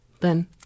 Then